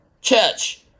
church